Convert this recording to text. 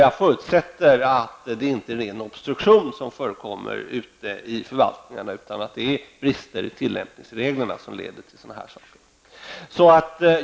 Jag förutsätter att det inte är ren obstruktion som förekommer ute i förvaltningarna utan att det är brister i tillämpningsreglerna som leder till sådana här saker.